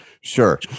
Sure